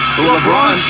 LeBron